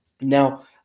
Now